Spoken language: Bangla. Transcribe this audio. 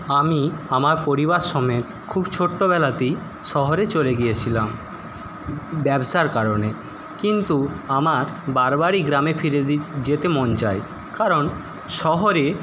আমি আমার পরিবার সমেত খুব ছোট্টবেলাতেই শহরে চলে গিয়েছিলাম ব্যবসার কারণে কিন্তু আমার বারবারই গ্রামে ফিরে যেতে মন চাই কারণ শহরে